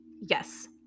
Yes